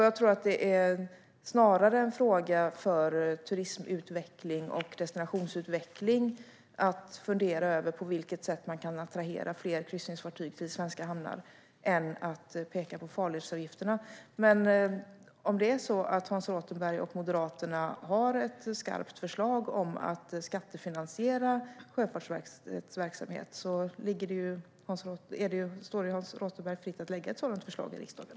Jag tror att turism och destinationsutvecklare har att fundera över på vilket sätt man kan attrahera fler kryssningsfartyg till svenska hamnar, snarare än att man ska peka på farledsavgifterna. Men om det är så att Hans Rothenberg och Moderaterna har ett skarpt förslag om att skattefinansiera Sjöfartsverkets verksamhet står det Hans Rothenberg fritt att lägga fram ett sådant förslag i riksdagen.